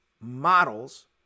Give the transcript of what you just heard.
models